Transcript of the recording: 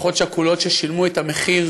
משפחות שכולות, ששילמו את המחיר